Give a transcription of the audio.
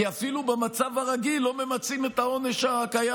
כי אפילו במצב הרגיל לא ממצים את העונש הקיים.